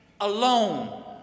alone